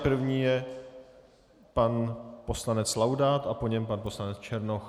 První je pan poslanec Laudát a po něm pan poslanec Černoch.